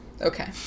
Okay